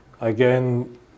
Again